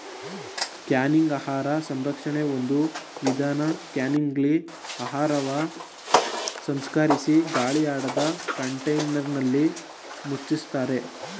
canning ಆಹಾರ ಸಂರಕ್ಷಣೆ ಒಂದು ವಿಧಾನ ಕ್ಯಾನಿಂಗ್ಲಿ ಆಹಾರವ ಸಂಸ್ಕರಿಸಿ ಗಾಳಿಯಾಡದ ಕಂಟೇನರ್ನಲ್ಲಿ ಮುಚ್ತಾರೆ